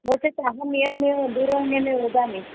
नो चेत् अहम् एवमेव दूरवाणीमेव वदामि